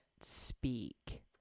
speak